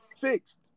fixed